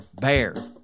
BEAR